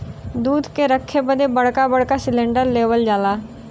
दूध के रखे बदे बड़का बड़का सिलेन्डर लेवल जाला